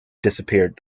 disappeared